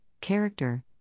character